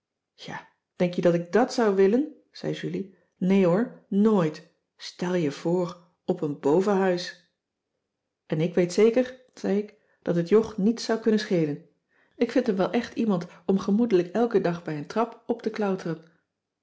ja denk je dat ik dàt zou willen zei julie nee hoor nooit stel je voor op een bovenhuis en ik weet zeker zei ik dat het jog niets zou kunnen schelen ik vind hem wel echt iemand om gemoedelijk elken dag bij een trap op te